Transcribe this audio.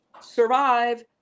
Survive